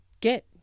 get